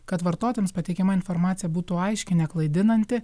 kad vartotojams pateikiama informacija būtų aiški neklaidinanti